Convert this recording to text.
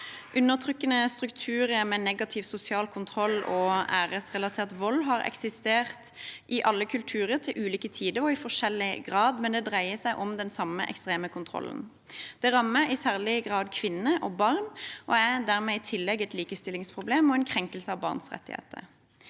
Undertrykkende strukturer med negativ sosial kontroll og æresrelatert vold har eksistert i alle kulturer, til ulike tider og i forskjellig grad, men det dreier seg om den samme ekstreme kontrollen. Det rammer i særlig grad kvinner og barn og er dermed i tillegg et likestillingsproblem og en krenkelse av barns rettigheter.